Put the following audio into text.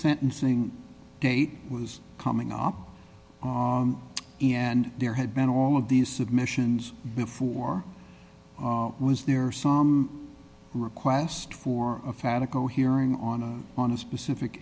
sentencing date was coming up and there had been all of these submissions before was there some request for a fan of cohering on a on a specific